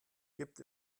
gibt